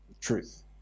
truth